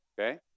Okay